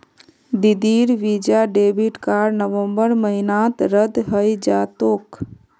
दीदीर visa debit card नवंबर महीनात रद्द हइ जा तोक